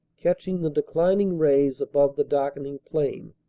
catching the declining rays above the darkening plain.